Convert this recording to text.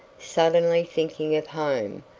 suddenly thinking of home,